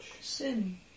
Sin